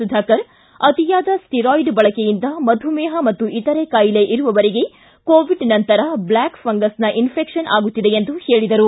ಸುಧಾಕರ್ ಅತಿಯಾದ ಸ್ವಿರಾಯ್ಡ್ ಬಳಕೆಯಿಂದ ಮಧುಮೇಹ ಮತ್ತು ಇತರೆ ಕಾಯಿಲೆ ಇರುವವರಿಗೆ ಕೋವಿಡ್ ನಂತರ ಬ್ಲಾಕ್ ಫಂಗಸ್ನ ಇನ್ಫೆಕ್ಷನ್ ಆಗುತ್ತಿದೆ ಎಂದು ಹೇಳಿದರು